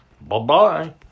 Bye-bye